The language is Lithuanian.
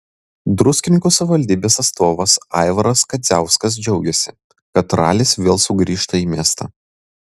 druskininkų savivaldybės atstovas aivaras kadziauskas džiaugėsi kad ralis vėl sugrįžta į miestą